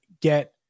get